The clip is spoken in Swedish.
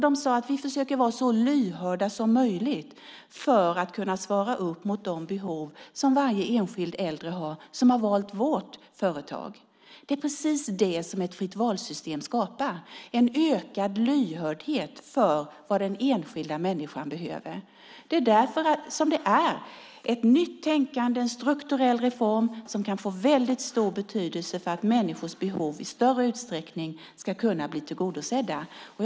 De sade: Vi försöker att vara så lyhörda som möjligt för att kunna svara mot de behov som varje enskild äldre har som har valt vårt företag. Det är precis detta som ett fritt-val-system skapar, en ökad lyhördhet för vad den enskilda människan behöver. Det är därför som det är ett nytt tänkande och en strukturell reform som kan få väldigt stor betydelse för att människors behov ska kunna bli tillgodosedda i större utsträckning.